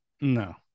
No